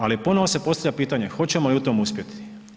Ali, ponovno se postavlja pitanje, hoćemo li u tom uspjeti?